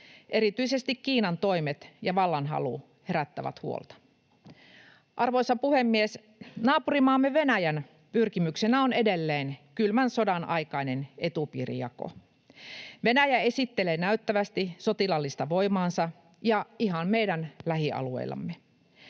Erityisesti Kiinan toimet ja vallanhalu herättävät huolta. Arvoisa puhemies! Naapurimaamme Venäjän pyrkimyksenä on edelleen kylmän sodan aikainen etupiirijako. Venäjä esittelee näyttävästi sotilaallista voimaansa ja ihan meidän lähialueillamme.